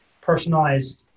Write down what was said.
personalized